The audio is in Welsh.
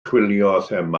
twf